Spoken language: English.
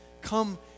Come